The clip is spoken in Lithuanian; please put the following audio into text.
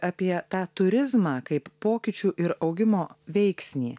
apie tą turizmą kaip pokyčių ir augimo veiksnį